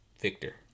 Victor